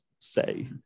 say